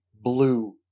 blue